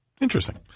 Interesting